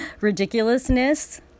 ridiculousness